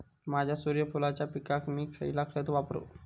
माझ्या सूर्यफुलाच्या पिकाक मी खयला खत वापरू?